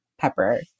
pepper